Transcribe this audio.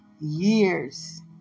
years